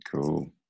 Cool